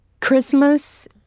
Christmas